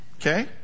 Okay